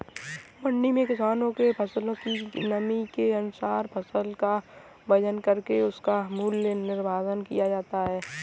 मंडी में किसानों के फसल की नमी के अनुसार फसल का वजन करके उसका मूल्य निर्धारित किया जाता है